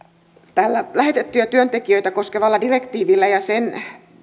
tällä lähetettyjä työntekijöitä koskevalla direktiivillä ja